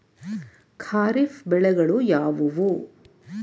ಖಾರಿಫ್ ಬೆಳೆಗಳು ಯಾವುವು?